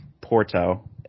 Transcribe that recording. Porto